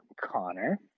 Connor